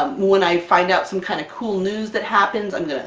um when i find out some kind of cool news that happens, and i'm